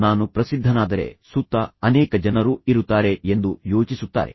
ನಾನು ಪ್ರಸಿದ್ಧನಾದರೆ ನನ್ನ ಸುತ್ತ ಅನೇಕ ಜನರು ಇರುತ್ತಾರೆ ಎಂದು ಯೋಚಿಸುತ್ತಾರೆ